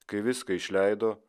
kai viską išleido